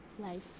life